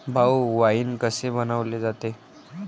भाऊ, वाइन कसे बनवले जाते?